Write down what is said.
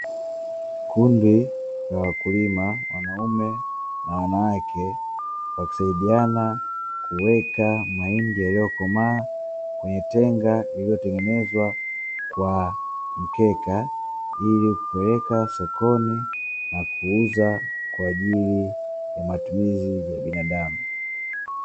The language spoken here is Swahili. Kundi la wakulima wanaume na wanawake wakisaidiana kuweka mahindi yaliyokomaa kwenye tenga lililotengenezwa kwa mkeka, ili kuweka sokoni na kuuza kwa ajili ya matumizi ya binadamu.